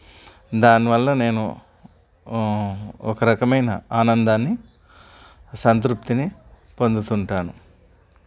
దానివల్ల నేను ఒక రకమైన ఆనందాన్ని సంతృప్తిని పొందుతుంటాను